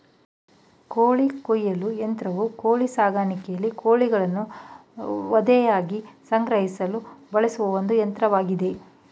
ಕೋಳಿ ಕೊಯ್ಲು ಯಂತ್ರವು ಕೋಳಿ ಸಾಕಾಣಿಕೆಯಲ್ಲಿ ಕೋಳಿಗಳನ್ನು ವಧೆಗಾಗಿ ಸಂಗ್ರಹಿಸಲು ಬಳಸುವ ಒಂದು ಯಂತ್ರವಾಗಿದೆ